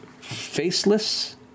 faceless